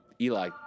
Eli